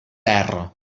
terra